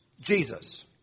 Jesus